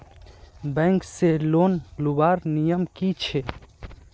Bank से loan लुबार नियम की छे?